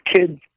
kids